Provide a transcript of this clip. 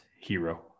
hero